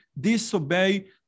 disobey